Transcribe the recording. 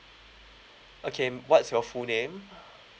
okay what's your full name